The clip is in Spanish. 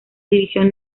división